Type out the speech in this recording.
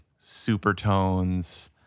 supertones